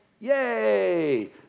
Yay